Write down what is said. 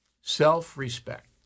Self-respect